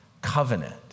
covenant